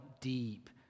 deep